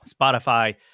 Spotify